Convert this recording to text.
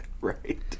Right